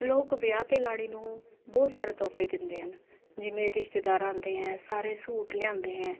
ਲੋਕ ਵਿਆਹ 'ਤੇ ਲਾੜੀ ਨੂੰ ਬਹੁਤ ਸਾਰੇ ਤੋਹਫੇ ਦਿੰਦੇ ਹਨ ਜਿਵੇਂ ਰਿਸ਼ਤੇਦਾਰ ਆਉਂਦੇ ਹੈ ਸਾਰੇ ਸੂਟ ਲਿਆਉਂਦੇ ਹੈ